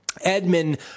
Edmund